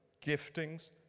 giftings